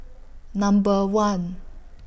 Number one